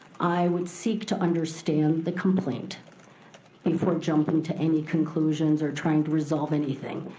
i would seek to understand the complaint before jumping to any conclusions or trying to resolve anything.